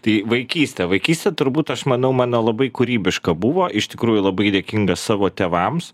tai vaikystė vaikystė turbūt aš manau mano labai kūrybiška buvo iš tikrųjų labai dėkingas savo tėvams